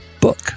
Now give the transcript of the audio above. book